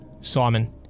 Simon